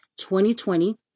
2020